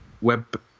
web